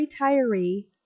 retiree